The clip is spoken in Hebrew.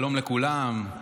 שלום לכולם.